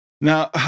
Now